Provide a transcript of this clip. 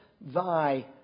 thy